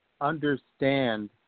understand